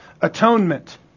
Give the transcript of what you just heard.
atonement